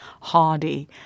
hardy